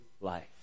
life